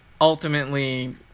ultimately